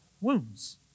wounds